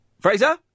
Fraser